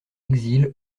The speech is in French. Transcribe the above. exil